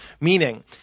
Meaning